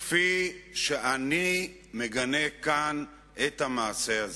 כפי שאני מגנה כאן את המעשה הזה.